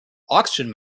oxygen